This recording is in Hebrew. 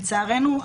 לצערנו,